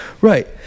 Right